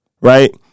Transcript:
right